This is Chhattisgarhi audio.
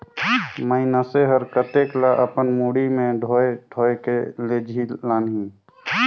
मइनसे हर कतेक ल अपन मुड़ी में डोएह डोएह के लेजही लानही